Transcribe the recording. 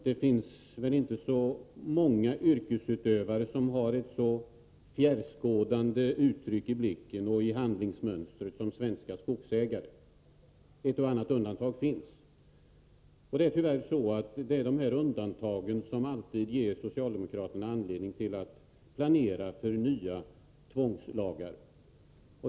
Det finns väl inte så många yrkesutövare som har ett så fjärrskådande uttryck i blicken och en sådan framförhållning i handlingsmönstret som just svenska skogsägare. Ett och annat undantag finns, och det är tyvärr dessa undantag som alltid ger socialdemokraterna anledning att planera för nya tvångslagar.